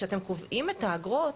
כשאתם קובעים את האגרות